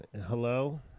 hello